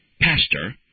Pastor